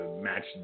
match